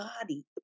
body